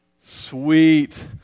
Sweet